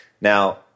Now –